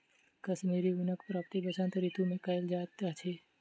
कश्मीरी ऊनक प्राप्ति वसंत ऋतू मे कयल जाइत अछि